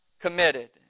committed